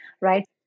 right